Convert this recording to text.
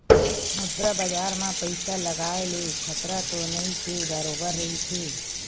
मुद्रा बजार म पइसा लगाय ले खतरा तो नइ के बरोबर रहिथे